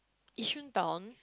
Yishun town